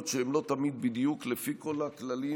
שהן לא תמיד בדיוק לפי כל הכללים,